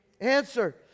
answer